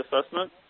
assessment